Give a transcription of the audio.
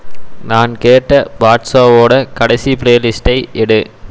நான் கேட்ட பாட்ஷாவோட கடைசி பிளேலிஸ்ட்டை எடு